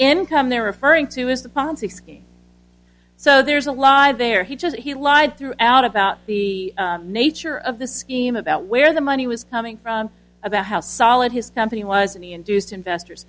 income they're referring to is the ponzi scheme so there's a lot of there he just he lied through out about the nature of the scheme about where the money was coming from about how solid his company was in the induced investors